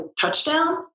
touchdown